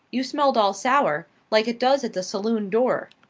you smelled all sour, like it does at the saloon door!